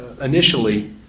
initially